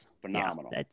Phenomenal